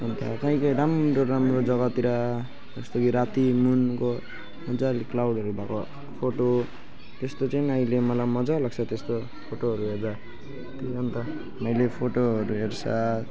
अन्त काहीँ काहीँ राम्रो राम्रो जग्गातिर जस्तो कि राति मुनको मजाले क्लाउडहरू भएको फोटो त्यस्तो चाहिँ अहिले मलाई मजा लाग्छ त्यस्तो फोटोहरू हेर्दा त्यो अन्त मैले फोटोहरू हेर्छ